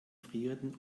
frierenden